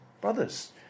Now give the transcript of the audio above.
brothers